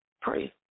Pray